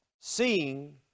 seeing